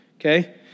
okay